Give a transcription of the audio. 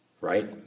right